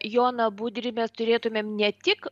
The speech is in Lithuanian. joną budrį mes turėtumėm ne tik